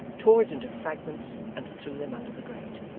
tore it into fragments, and threw them under the grate.